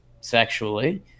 sexually